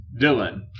Dylan